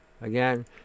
Again